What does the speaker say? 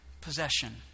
possession